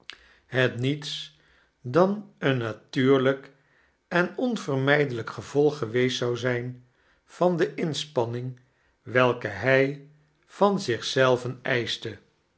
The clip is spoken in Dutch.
het niets dan een natuurlijk en onvermij delijk gevolg geweest zou zijn van de inspanning welke hij van zich zelven eischte